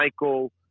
Michael